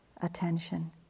attention